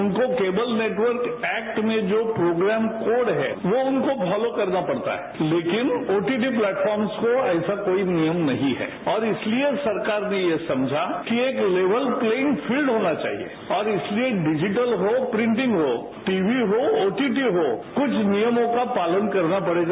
उनको cable network act में जो प्रोग्राम कोड है वो उनको फॉलो करना पडता है लेकिन ओटीपी प्लेटफॉर्म्स को ऐसा कोई नियम नहीं है और इसलिए सरकार ने ये समझा कि एक लेवल प्लेयिंग फील्ड होना चाहिए और इसलिए डिजिटल हो प्रिटिंग हो टीवी हो ओटीटी हो कुछ नियमों का पालन करना पड़ेगा